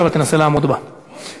אל תתערב, אתה.